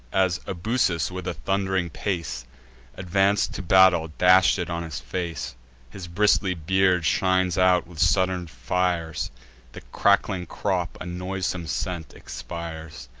as ebusus with a thund'ring pace advanc'd to battle, dash'd it on his face his bristly beard shines out with sudden fires the crackling crop a noisome scent expires.